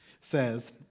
says